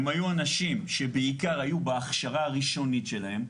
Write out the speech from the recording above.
הם היו אנשים שבעיקר היו בהכשרה הראשונית שלהם,